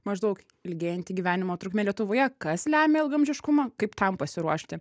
maždaug ilgėjanti gyvenimo trukmė lietuvoje kas lemia ilgaamžiškumą kaip tam pasiruošti